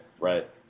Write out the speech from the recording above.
right